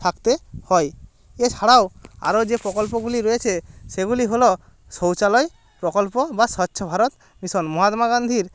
থাকতে হয় এছাড়াও আরো যে প্রকল্পগুলি রয়েছে সেগুলি হলো শৌচালয় প্রকল্প বা স্বচ্ছ ভারত মিশন মহাত্মা গান্ধির